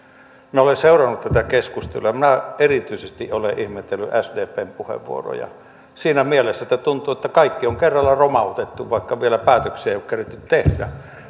minä olen seurannut tätä keskustelua ja minä olen erityisesti ihmetellyt sdpn puheenvuoroja siinä mielessä että tuntuu että kaikki on kerralla romautettu vaikka vielä päätöksiä ei ole keretty tehdä